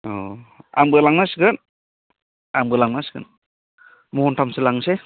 अ आंबो लांनांसिगोन आंबो लांनांसिगोन महनथामसो लांनोसै